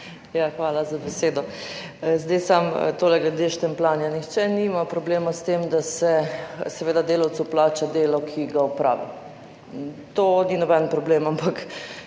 Hvala za besedo. Zdaj samo tole glede štempljanja. Nihče nima problema s tem, da se seveda delavcu plača delo, ki ga opravi. To ni noben problem, ampak